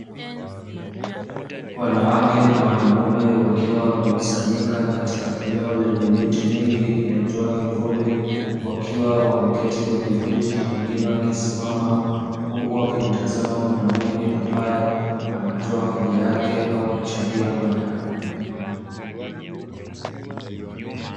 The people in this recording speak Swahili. Wanawake na wanaume wakiwa wamekusanyika katika eneo lenye miti mingi inayotoa kivuli, wakiwa wameketi kwenye viti na wengine wakisimama, huku wakimtizama mwanaume ambaye anatoa hoja yake au kuchangia mada.